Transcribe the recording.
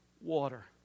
water